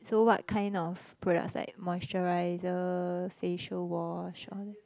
so what kind of products like moisturizer facial wash all